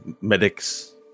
Medics